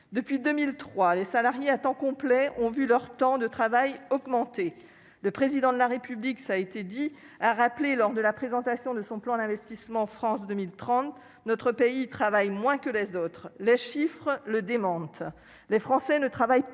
Depuis 2003, les salariés à temps complet ont vu leur temps de travail augmenter. Le Président de la République a affirmé, lors de la présentation de son plan d'investissement France 2030, que « notre pays travaille moins que les autres ». Les chiffres démentent